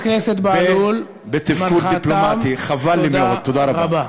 בהלול, תודה רבה.